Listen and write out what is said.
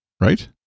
right